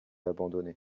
abandonné